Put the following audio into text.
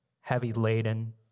heavy-laden